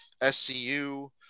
SCU